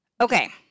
Okay